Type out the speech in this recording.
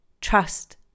Trust